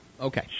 Okay